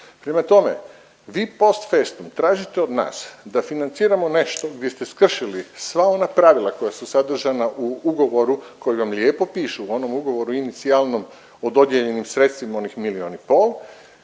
Prema tome, vi postfestum tražite od nas da financiramo nešto gdje ste skršili sva ona pravila koja su sadržana u ugovora u kojem vam lijepo piše, u onom ugovoru inicijalnom o dodijeljenim sredstvima onih milijun i pol,